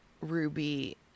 Ruby